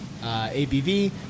ABV